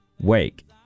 wake